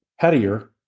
pettier